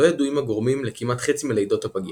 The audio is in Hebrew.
לא ידועים הגורמים לכמעט חצי מלידות הפגים.